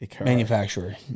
manufacturer